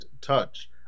touch